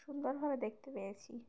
সুন্দরভাবে দেখতে পেয়েছি